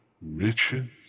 Riches